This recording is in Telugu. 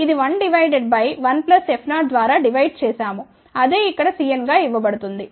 ఇది 1 డివైడెడ్ బై 1 ప్లస్ F0 ద్వారా డివైడ్ చేశాము అదే ఇక్కడ Cn గా ఇవ్వబడుతుంది